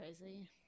crazy